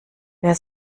wer